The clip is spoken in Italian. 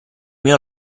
mio